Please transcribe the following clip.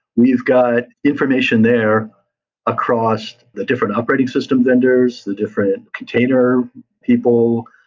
we've got information there across the different operating system vendors, the different container people,